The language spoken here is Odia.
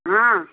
ହଁ